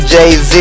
Jay-Z